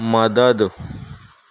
مدد